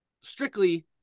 strictly